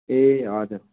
ए हजुर